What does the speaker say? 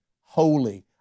holy